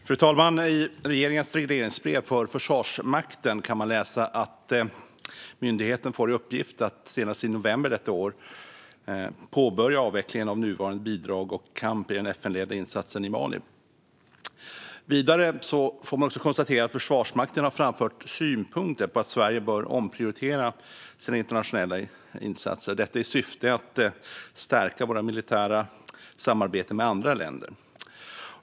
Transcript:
Fru talman! I regeringens regleringsbrev för Försvarsmakten kan man läsa att myndigheten får i uppgift att senast i november detta år påbörja avvecklingen av nuvarande bidrag och kamp i den FN-ledda insatsen i Mali. Försvarsmakten har framfört synpunkten att Sverige bör omprioritera sina internationella insatser, detta i syfte att stärka våra militära samarbeten med andra länder.